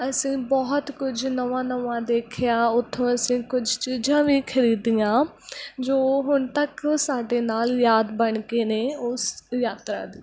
ਅਸੀਂ ਬਹੁਤ ਕੁਝ ਨਵਾਂ ਨਵਾਂ ਦੇਖਿਆ ਉੱਥੋਂ ਅਸੀਂ ਕੁਝ ਚੀਜ਼ਾਂ ਵੀ ਖਰੀਦੀਆਂ ਜੋ ਹੁਣ ਤੱਕ ਸਾਡੇ ਨਾਲ ਯਾਦ ਬਣ ਕੇ ਨੇ ਉਸ ਯਾਤਰਾ ਦੀ